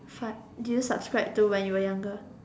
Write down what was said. fad do you subscribe to when you were younger